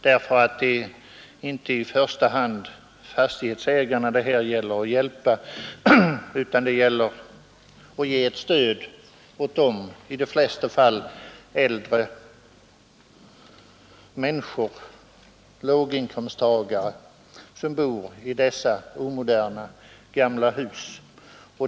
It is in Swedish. Det är ju här inte i första hand fråga om att hjälpa fastighetsägarna, utan det gäller att ge ett stöd åt de hyresgäster i de flesta fall äldre människor och låginkomsttagare — som bor i dessa omoderna hus.